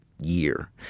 year